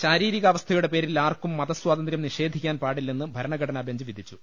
ശാരീരികാവസ്ഥയുടെ പേരിൽ ആർക്കും മതസ്വാതന്ത്യം നിഷേധിക്കാൻ പാടില്ലെന്ന് ഭരണഘടനാബെഞ്ച് വിധിച്ചു